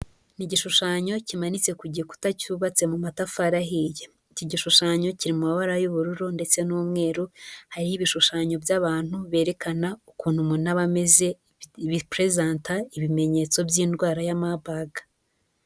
Ni igishushanyo kimanitse ku gikuta cyubatse mu matafari ahiye. Iki gishushanyo kiri mu mabara y'ubururu ndetse n'umweru, hariho ibishushanyo by'abantu berekana ukuntu umuntu aba ameze, biperezanta ibimenyetso by'indwara ya Marburg.